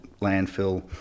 landfill